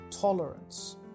tolerance